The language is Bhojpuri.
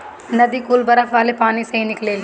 नदी कुल बरफ वाले पानी से ही निकलेली